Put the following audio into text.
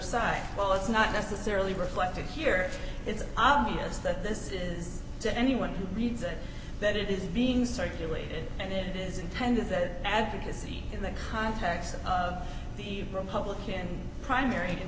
side well it's not necessarily reflected here it's obvious that this is to anyone who reads it that it is being circulated and it is intended that advocacy in the context of the republican primary and